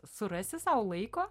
surasi sau laiko